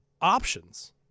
options